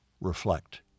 reflect